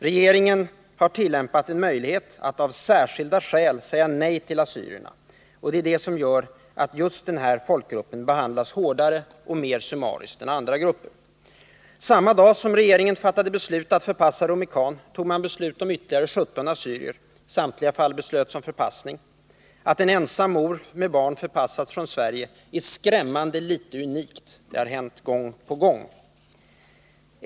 Regeringen har utnyttjat möjligheten att ”av särskilda skäl” säga nej till assyrierna. Därigenom behandlas den här folkgruppen hårdare och mer summariskt än andra folkgrupper. Samma dag som regeringen fattade beslut om att förpassa Rumi Can fattade den också beslut om ytterligare 17 assyrier. I samtliga fall beslöts om förpassning. Att en ensam mor med barn förpassas från Sverige är skrämmande nog inte så unikt — det har hänt gång på gång.